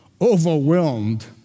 overwhelmed